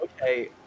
Okay